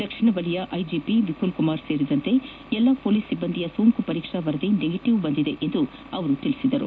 ದಕ್ಷಿಣ ವಲಯ ಐಜಿಪಿ ವಿಪುಲ್ ಕುಮಾರ್ ಸೇರಿದಂತೆ ಎಲ್ಲಾ ಪೊಲೀಸ್ ಸಿಬ್ಬಂದಿಯ ಸೋಂಕು ಪರೀಕ್ಷಾ ವರದಿ ನೆಗಟಿವ್ ಬಂದಿದೆ ಎಂದು ಅವರು ಹೇಳಿದರು